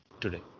today